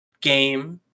game